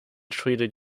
treated